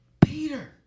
Peter